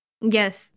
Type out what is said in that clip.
Yes